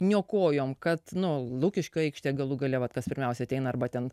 išniuokojom kad nu lukiškių aikšte galų gale vat kas pirmiausia ateina arba ten